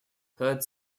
third